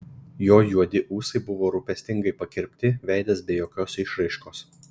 jo juodi ūsai buvo rūpestingai pakirpti veidas be jokios išraiškos